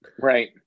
Right